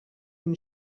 can